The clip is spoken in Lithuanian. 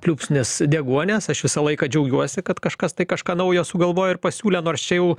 pliūpsnis deguonies aš visą laiką džiaugiuosi kad kažkas tai kažką naujo sugalvojo ir pasiūlė nors čia jau